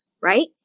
right